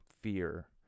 fear